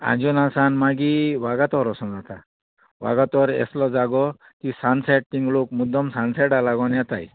आंजुना सान मागीर वागातोर वोसो जाता वागातोर एसलो जागो की सनसेट थिंगां लोक मुद्दम सानसेटा लागोन येताय